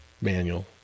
manual